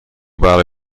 برای